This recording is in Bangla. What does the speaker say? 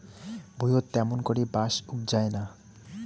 ভুঁইয়ত ত্যামুন করি বাঁশ উবজায় না